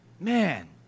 man